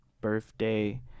birthday